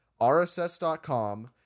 rss.com